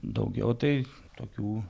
daugiau tai tokių